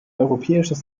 europäisches